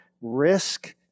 risk